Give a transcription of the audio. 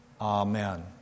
Amen